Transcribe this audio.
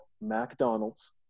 McDonald's